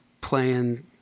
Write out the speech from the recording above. playing